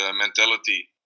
mentality